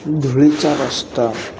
धुळीचा रस्ता